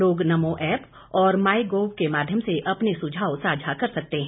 लोग नमो ऐप और MyGov के माध्यम से अपने सुझाव साझा कर सकते हैं